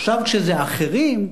עכשיו כשזה אחרים,